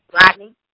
Rodney